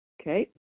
Okay